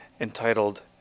entitled